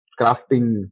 crafting